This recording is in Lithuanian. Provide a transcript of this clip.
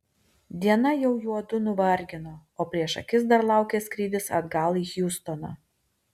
diena jau juodu nuvargino o prieš akis dar laukė skrydis atgal į hjustoną